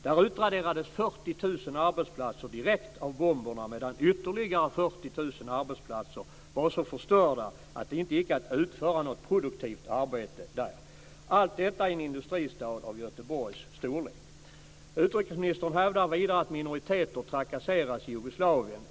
Där utraderades 40 000 arbetsplatser direkt av bomberna medan ytterligare 40 000 arbetsplatser var så förstörda att det inte gick att utföra något produktivt arbetet där - allt detta i en industristad av Göteborgs storlek. Utrikesministern hävdar vidare att minoriteter trakasseras i Jugoslavien.